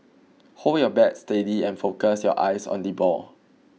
hold your bat steady and focus your eyes on the ball